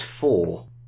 four